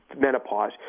menopause